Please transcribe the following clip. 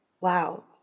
Wow